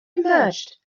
emerged